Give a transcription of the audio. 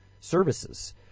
services